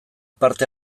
parte